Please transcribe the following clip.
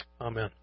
Amen